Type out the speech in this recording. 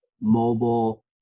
mobile